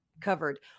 covered